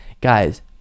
Guys